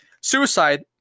suicide